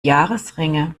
jahresringe